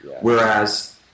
whereas